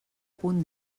punt